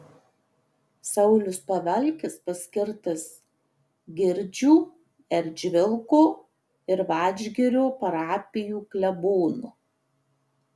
saulius pavalkis paskirtas girdžių eržvilko ir vadžgirio parapijų klebonu